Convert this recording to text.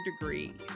degree